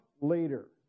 later